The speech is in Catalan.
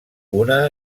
una